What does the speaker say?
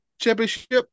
championship